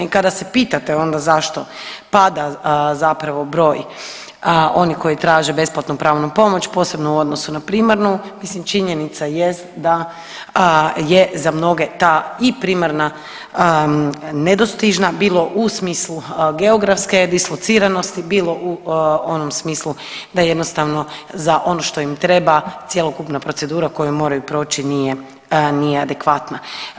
I kada se pitate onda zašto pada zapravo broj onih koji traže besplatnu pravnu pomoć, posebno u odnosu na primarnu, mislim činjenica je da je za mnoge ta i primarna nedostižna bilo u smislu geografske dislociranosti, bilo u onom smislu da jednostavno za ono što im treba cjelokupna procedura koju moraju proći nije, nije adekvatna.